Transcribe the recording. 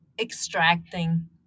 extracting